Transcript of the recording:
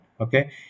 okay